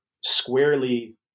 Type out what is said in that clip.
squarely